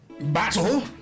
Battle